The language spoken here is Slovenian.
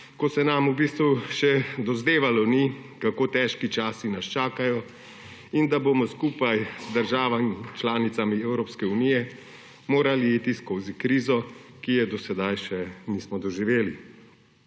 ko se nam v bistvu še dozdevalo ni, kako težki časi nas čakajo in da bomo skupaj z državami članicami Evropske unije morali iti skozi krizo, ki je do sedaj še nismo doživeli.